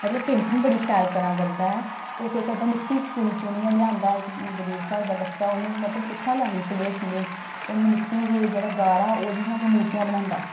मतलब पेंटिंग बड़ी शैल करा करदा ऐ ओह् केह् करदा मिट्टी चुनी चुनियै लेआंदा इक गरीब घर दा बच्चा उन्नै मतलब कु'त्थुआं लैनी क्ले शले उन्नै मिट्टी दे जेह्ड़ा गारा ओह्दियां गै मूर्तियां बनांदा